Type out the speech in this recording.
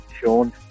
Sean